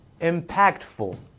IMPACTFUL